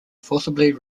forcibly